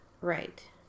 Right